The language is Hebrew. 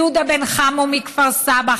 יהודה בן חמו מכפר סבא,